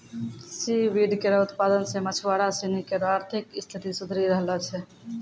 C weed केरो उत्पादन सें मछुआरा सिनी केरो आर्थिक स्थिति सुधरी रहलो छै